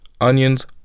onions